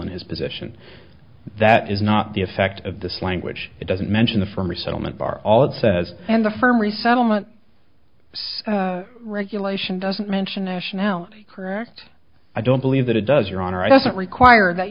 in his position that is not the effect of this language it doesn't mention the former settlement bar all it says and the firm resettlement some regulation doesn't mention nationality correct i don't believe that it does your honor i doesn't require that